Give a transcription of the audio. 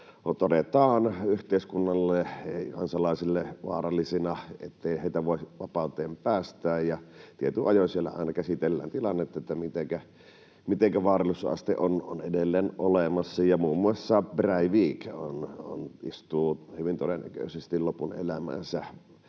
todetaan yhteiskunnalle ja kansalaisille vaarallisiksi niin, ettei heitä voi vapauteen päästää. Tietyin ajoin siellä käsitellään tilannetta, että mitenkä vaarallisuusaste on edelleen olemassa, ja muun muassa Breivik istuu hyvin todennäköisesti lopun elämäänsä